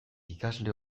ikasle